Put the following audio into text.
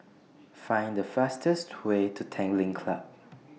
Find The fastest Way to Tanglin Club